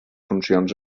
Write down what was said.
funcions